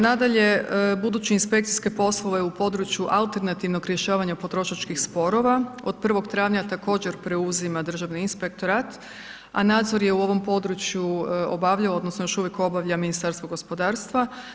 Nadalje, buduće inspekcijske poslove u području alternativnog rješavanja potrošačkih sporova od 1. travnja također preuzima Državni inspektorat a nadzor je u ovom području obavljao, odnosno još uvijek obavlja Ministarstvo gospodarstva.